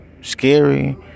scary